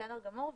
בסדר גמור.